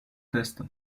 test